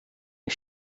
are